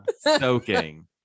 soaking